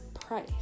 price